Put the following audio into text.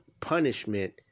punishment